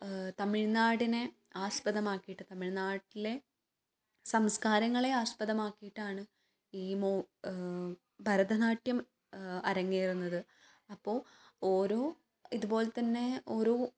തമിഴ്നാടിനെ ആസ്പദമാക്കിയിട്ട് തമിഴ്നാട്ടിലെ സംസ്കാരങ്ങളെ ആസ്പദമാക്കിയിട്ടാണ് ഈ മോ ഭരതനാട്യം അരങ്ങേറുന്നത് അപ്പോൾ ഓരോ ഇതുപോലെ തന്നെ ഓരോ